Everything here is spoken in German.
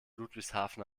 ludwigshafen